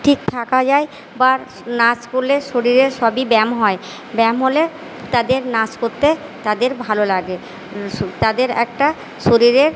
ঠিক থাকা যায় বা নাচ করলে শরীরে সবই ব্যায়াম হয় ব্যায়াম হলে তাদের নাচ করতে তাদের ভালো লাগে তাদের একটা শরীরের